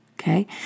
okay